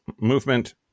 movement